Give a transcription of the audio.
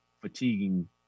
fatiguing